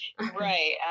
Right